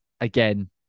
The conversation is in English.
again